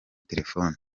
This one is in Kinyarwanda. telefoni